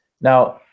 Now